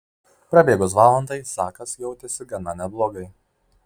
prabėgus valandai zakas jautėsi gana neblogai